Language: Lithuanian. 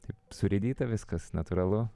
taip surėdyta viskas natūralu